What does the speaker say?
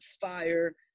fire